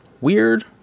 weird